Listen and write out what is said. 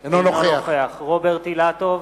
נגד רוברט אילטוב,